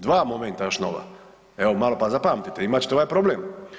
Dva momente još nova, evo malo pa zapamtite imate ćete ovaj problem.